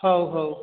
ହଉ ହଉ